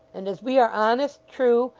and as we are honest, true,